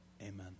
Amen